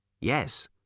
Yes